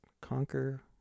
conquer